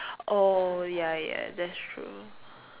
oh ya ya that's true